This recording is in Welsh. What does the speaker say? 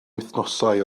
wythnosau